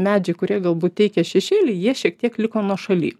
medžiai kurie galbūt teikė šešėlį jie šiek tiek liko nuošaly